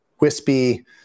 wispy